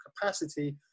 capacity